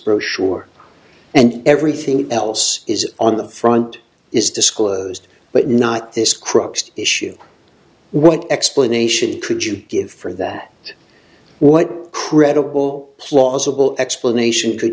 brochure and everything else is on the front is disclosed but not this crux issue what explanation could you give for that what credible plausible explanation could